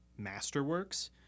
masterworks